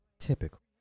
Typical